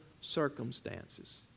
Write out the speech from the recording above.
circumstances